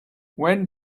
when